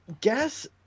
guess